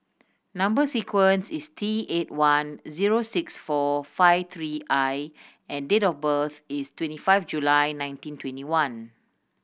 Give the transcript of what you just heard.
number sequence is T eight one zero six four five three I and date of birth is twenty five July nineteen twenty one